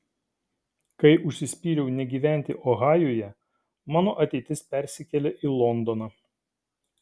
kai užsispyriau negyventi ohajuje mano ateitis persikėlė į londoną